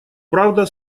правда